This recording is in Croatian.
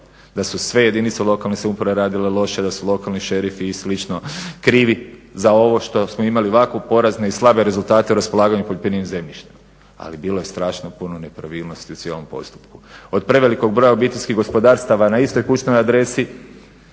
da su sve jedinice lokalne samouprave radile loše, da su lokani šerifi i slično krivi za ovo što smo imali ovako porazne i slabe rezultate o raspolaganju poljoprivrednim zemljištem. Ali bilo je strašno puno nepravilnosti u cijelom postupku. Od prevelikog broja OPG-a na istoj kućnoj adresi